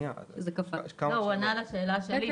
שנייה --- הוא עונה לשאלה ששאלתי.